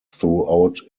throughout